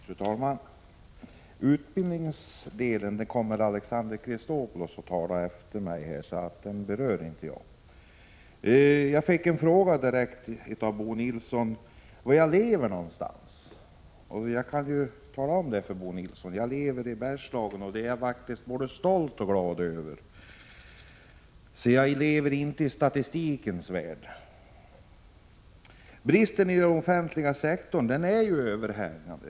Fru talman! Utbildningsdelen kommer Alexander Chrisopoulos att tala om varför jag inte berör den saken. Jag fick en direkt fråga av Bo Nilsson om var jag lever. Nu kan jag talaom Prot. 1986/87:94 för honom att jag bor i Bergslagen, något som jag är både stolt och glad över. 25 mars 1987 Jag lever inte i statistikens värld. Bristen inom den offentliga sektorn är ju överhängande.